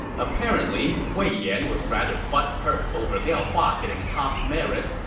apparently wei yan was rather butthurt over liao hua getting top merit,